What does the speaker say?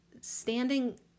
Standing